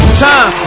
time